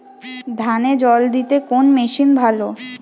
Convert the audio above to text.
ধানে জল দিতে কোন মেশিন ভালো?